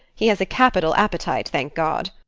he has a capital appetite, thank god.